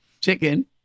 chicken